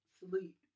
sleep